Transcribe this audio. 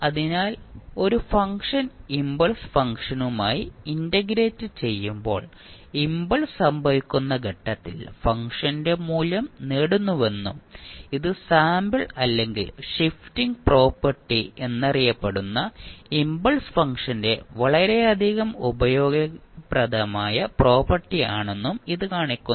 അതിനാൽ ഒരു function impulse ഫംഗ്ഷനുമായി ഇന്റഗ്രേറ്റ് ചെയ്യുമ്പോൾ ഇംപൾസ് സംഭവിക്കുന്ന ഘട്ടത്തിൽ ഫംഗ്ഷന്റെ മൂല്യം നേടുന്നുവെന്നും ഇത് സാമ്പിൾ അല്ലെങ്കിൽ ഷിഫ്റ്റിംഗ് പ്രോപ്പർട്ടി എന്നറിയപ്പെടുന്ന ഇംപൾസ് ഫംഗ്ഷന്റെ വളരെയധികം ഉപയോഗപ്രദമായ പ്രോപ്പർട്ടി ആണെന്നും ഇത് കാണിക്കുന്നു